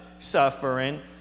suffering